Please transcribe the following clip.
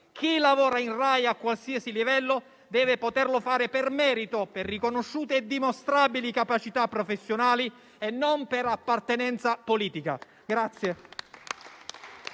Chi lavora in RAI, a qualsiasi livello, deve poterlo fare per merito, per riconosciute e dimostrabili capacità professionali e non per appartenenza politica.